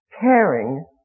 Caring